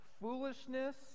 Foolishness